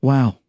Wow